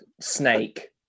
Snake